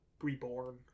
reborn